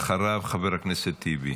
ואחריו, חבר הכנסת טיבי.